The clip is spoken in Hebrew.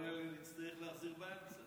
את כל אלה נצטרך להחזיר באמצע.